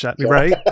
right